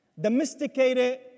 domesticated